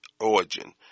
origin